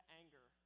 anger